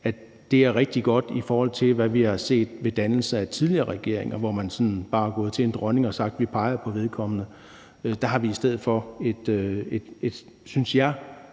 at det er rigtig godt, i forhold til hvad vi har set ved dannelser af tidligere regeringer, hvor man sådan bare er gået til dronningen og har sagt: Vi peger på vedkommende. Der har vi i stedet for et flot, synes jeg,